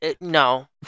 no